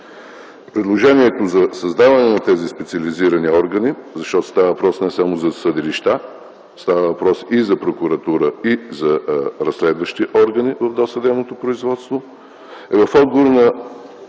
Предложението за създаване на тези специализирани органи, защото става въпрос не само за съдилища, става въпрос и за прокуратура, и за разследващи органи в досъдебното производство, е в отговор